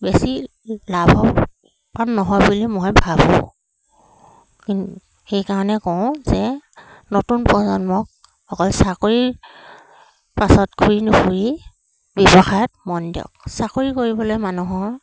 বেছি লাভৱান নহয় বুলি মই ভাবোঁ কিন্তু সেইকাৰণে কওঁ যে নতুন প্ৰজন্মক অকল চাকৰি পাছত ঘূৰি নুফুৰি ব্যৱসায়ত মন দিয়ক চাকৰি কৰিবলৈ মানুহৰ